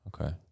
Okay